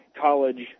college